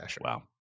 Wow